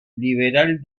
liberal